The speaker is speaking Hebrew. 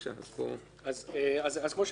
כפי שאמרתי,